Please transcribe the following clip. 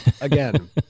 again